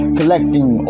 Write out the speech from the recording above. Collecting